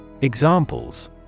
Examples